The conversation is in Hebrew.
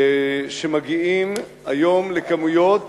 שמגיעים היום לכמויות